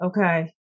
Okay